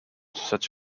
such